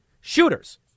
shooters